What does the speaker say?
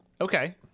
Okay